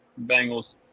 Bengals